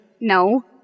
No